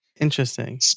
Interesting